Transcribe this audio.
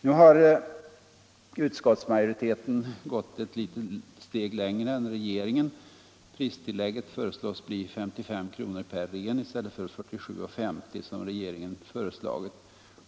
Nu har utskottsmajoriteten gått ett litet steg längre än regeringen. Pristillägget föreslås bli 55 kr. per ren i stället för 47:50 kr. som regeringen föreslagit.